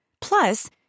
Plus